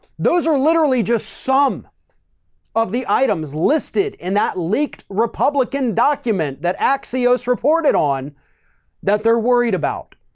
those are literally just some of the items listed in that leaked republican document that axios reported on that they're worried about.